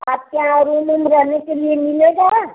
अच्छा और रूम उम रहने के लिए मिलेगा